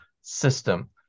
system